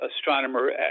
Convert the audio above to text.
astronomer